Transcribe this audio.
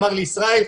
אמר לי: ישראל,